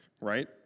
right